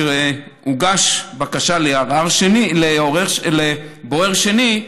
כשהוגשה בקשה לבורר שני,